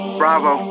bravo